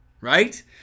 right